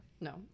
No